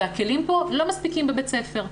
והכלים פה לא מספיקים בבית הספר.